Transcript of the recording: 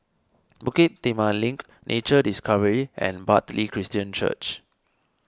Bukit Timah Link Nature Discovery and Bartley Christian Church